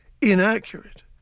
inaccurate